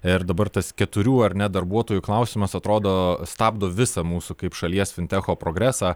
ir dabar tas keturių ar ne darbuotojų klausimas atrodo stabdo visą mūsų kaip šalies fintecho progresą